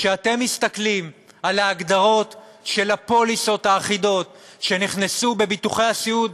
כשאתם מסתכלים על ההגדרות של הפוליסות האחידות שנכנסו בביטוחי הסיעוד